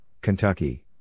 Kentucky